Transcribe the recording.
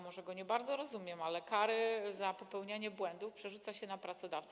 Może go nie bardzo rozumiem, ale kary za popełnianie błędów przerzuca się na pracodawcę.